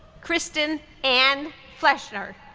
kristin anne fleschner,